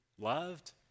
loved